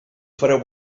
fareu